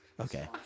Okay